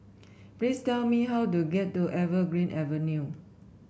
please tell me how to get to Evergreen Avenue